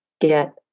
get